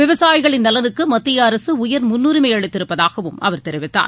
விவசாயிகளின் நலனுக்குமத்திய அரகஉயர் முன்னுரிமைஅளித்திருப்பதாகவும் அவர் தெரிவித்தார்